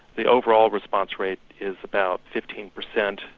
the overall response rate is about fifteen percent,